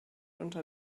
unter